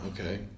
Okay